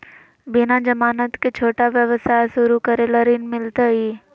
बिना जमानत के, छोटा व्यवसाय शुरू करे ला ऋण मिलतई?